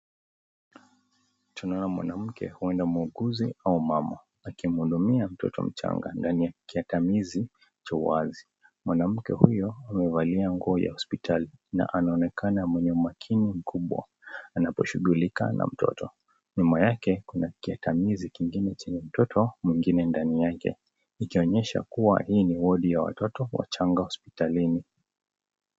Tunaona mwanamke, huenda muuguzi au mama akimhudumia mtoto mchanga ndani ya kiatamizi cho wazi. Mwanamke huyo amevalia nguo ya hospitali na anaonekana mwenye umakini mkubwa anaposhughulika na mtoto. Nyuma yake kuna kiatamizi kingine chenye mtoto mwingine ndani yake, ikionyesha kuwa hii ni ward ya watoto wachanga hospitalini.